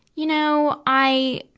you know, i,